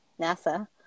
nasa